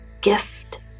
gift